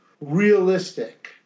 realistic